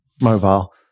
mobile